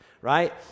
Right